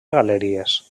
galeries